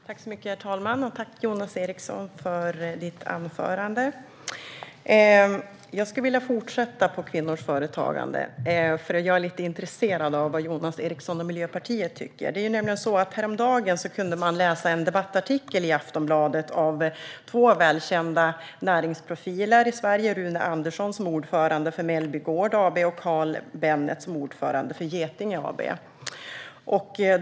Herr talman! Tack, Jonas Eriksson, för ditt anförande! Jag skulle vilja fortsätta med att tala om kvinnors företagande. Jag är nämligen lite intresserad av vad Jonas Eriksson och Miljöpartiet tycker. Häromdagen kunde man läsa en debattartikel i Aftonbladet av två välkända näringslivsprofiler i Sverige: Rune Andersson, ordförande för Mellby Gård AB, och Carl Bennet, ordförande för Getinge AB.